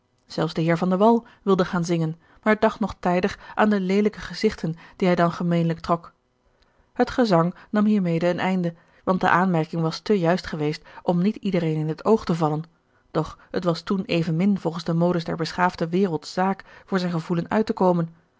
zelfs de heer van de wall wilde gaan zingen maar dacht nog tijdig aan de leelijke gezigten die hij dan gemeenlijk trok het gezang nam hiermede een einde want de aanmerking was te juist geweest om niet iedereen in het oog te vallen doch het was toen evenmin volgens de modes der beschaafde wereld zaak voor zijn gevoelen uit te komen